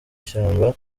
shyamba